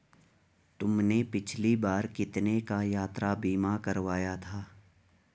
तुमने पिछली बार कितने का यात्रा बीमा करवाया था?